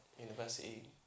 university